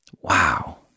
Wow